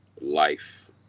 life